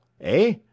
eh